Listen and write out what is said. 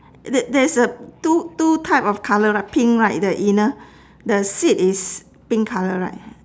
there there's a two two type of colour right pink right the inner the seat is pink colour right